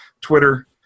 Twitter